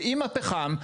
ועם הפחם,